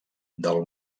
del